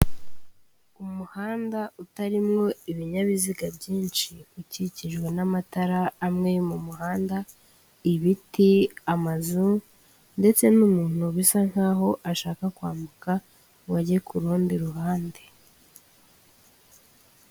Umuhanda utarimwo ibinyabiziga byinshi; ukikijwe n'amatara amwe yo mu muhanda, ibiti, amazu ndetse n'umuntu bisa nkaho ashaka kwambuka ngo ajye kundi ruhande.